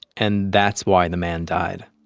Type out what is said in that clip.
and that's why the man died.